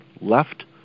left